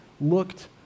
looked